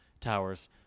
towers